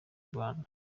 rwanda